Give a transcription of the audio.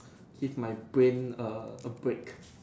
give my brain a a break